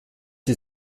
sie